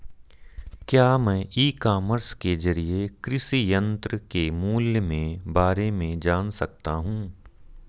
क्या मैं e commerce के ज़रिए कृषि यंत्र के मूल्य में बारे में जान सकता हूँ?